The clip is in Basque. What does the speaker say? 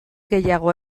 gehiago